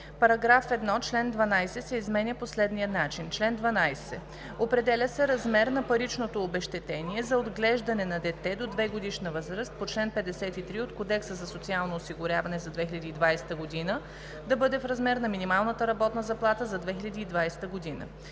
група: „§ 1. Чл. 12 се изменя по следния начин: „Чл. 12. Определя се размерът на паричното обезщетение за отглеждане на дете до 2-годишна възраст по чл. 53 от Кодекса за социално осигуряване за 2020 г. да бъде в размер на минималната работна заплата за 2020 г.“